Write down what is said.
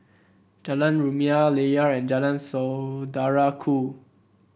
Jalan Rumia Layar and Jalan Saudara Ku